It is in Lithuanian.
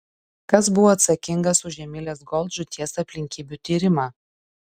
kas buvo atsakingas už emilės gold žūties aplinkybių tyrimą